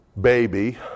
Baby